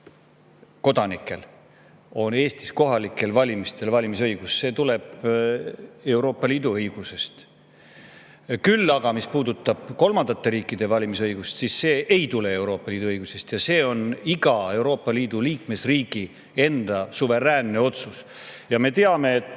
kodanikel, on Eestis kohalikel valimistel valimisõigus, tuleneb Euroopa Liidu õigusest. Küll aga see, mis puudutab kolmandate riikide [kodanike] valimisõigust, ei tulene Euroopa Liidu õigusest, see on iga Euroopa Liidu liikmesriigi enda suveräänne otsus. Me teame, et